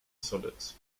solids